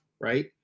right